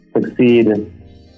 Succeed